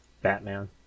Batman